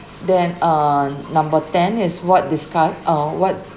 then uh number ten is what disgust uh what